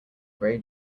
gray